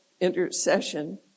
intercession